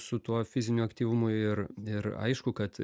su tuo fiziniu aktyvumu ir ir aišku kad